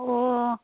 ꯑꯣ